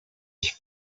she